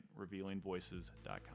RevealingVoices.com